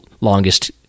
longest